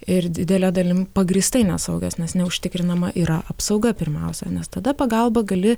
ir didele dalim pagrįstai nesaugios nes neužtikrinama yra apsauga pirmiausia nes tada pagalbą gali